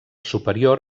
superior